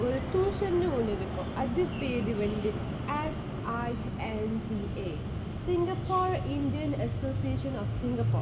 ஒரு:oru tuition ஒன்னு இருக்கும் அது பேரு வந்து:onnu irukkum athu peru vanthu S_I_N_D_A singapore indian association of singapore